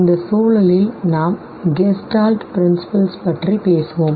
இந்த சூழலில் நாம் Gestalt principles பற்றி பேசுவோம்